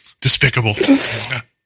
Despicable